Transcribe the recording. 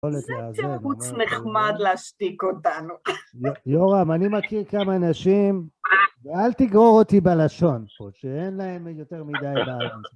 זה תירוץ נחמד להשתיק אותנו. יורם, אני מכיר כמה אנשים, אל תגרור אותי בלשון פה, שאין להם יותר מדי בעיה.